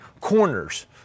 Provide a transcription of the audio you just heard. corners